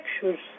pictures